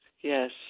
Yes